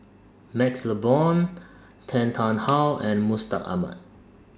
MaxLe Blond Tan Tarn How and Mustaq Ahmad